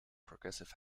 progressive